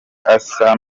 asa